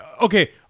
Okay